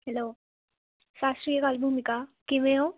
hello ਸਤਿ ਸ਼੍ਰੀ ਅਕਾਲ ਭੂਮਿਕਾ ਕਿਵੇਂ ਹੋ